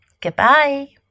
goodbye